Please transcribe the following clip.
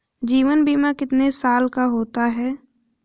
जीवन बीमा कितने साल का होता है?